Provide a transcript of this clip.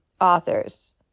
authors